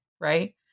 right